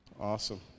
awesome